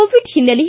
Covid ಹಿನ್ನೆಲೆ